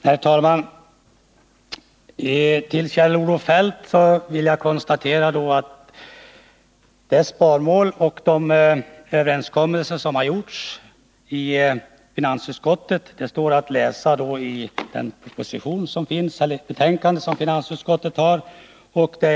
Herr talman! Jag vill konstatera, Kjell-Olof Feldt, att det sparmål som satts upp och de överenskommelser som träffats i finansutskottet står det att läsa om i det betänkande som finansutskottet har avgivit.